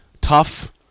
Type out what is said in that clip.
tough